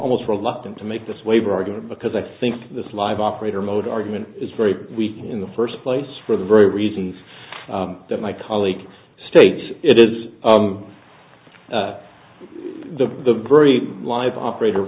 almost reluctant to make this waiver argument because i think this live operator mode argument is very weak in the first place for the very reasons that my colleague states it is the the very live operator